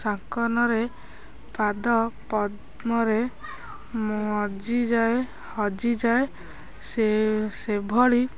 ସାଙ୍ଗନରେ ପାଦ ପଦ୍ମରେ ମଜିଯାଏ ହଜିଯାଏ ସେ ସେଭଳି